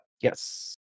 Yes